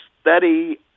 study